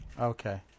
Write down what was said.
Okay